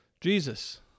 Jesus